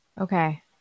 Okay